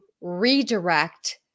redirect